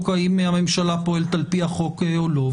האם הממשלה פועלת על פי החוק או לא.